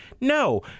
no